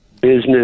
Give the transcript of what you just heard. business